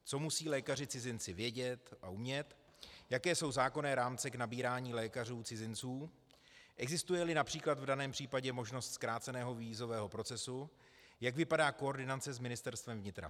Co musí lékaři cizinci vědět a umět, jaké jsou zákonné rámce k nabírání lékařů cizinců, existujeli například v daném případě možnost zkráceného vízového procesu, jak vypadá koordinace s Ministerstvem vnitra.